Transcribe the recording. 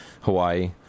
Hawaii